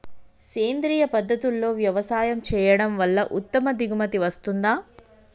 సేంద్రీయ పద్ధతుల్లో వ్యవసాయం చేయడం వల్ల ఉత్తమ దిగుబడి వస్తుందా?